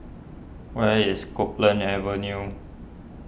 where is Copeland Avenue